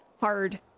hard